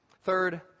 Third